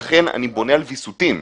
לכן אני בונה על ויסותים.